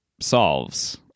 solves